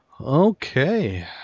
Okay